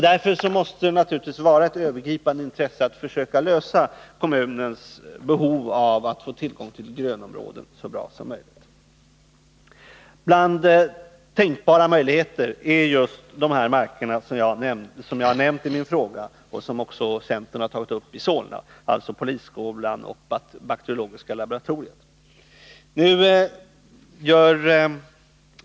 Därför måste det naturligtvis vara ett övergripande intresse att vi så bra som möjligt försöker tillgodose kommunens behov av att få tillgång till grönområden. Tänkbara möjligheter är just de marker som jag har nämnt i min fråga och som centern har tagit upp i Solna kommunfullmäktige, polisskolans och bakteriologiska laboratoriets områden.